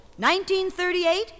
1938